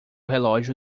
relógio